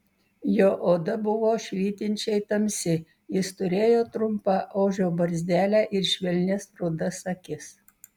jo oda buvo švytinčiai tamsi jis turėjo trumpą ožio barzdelę ir švelnias rudas akis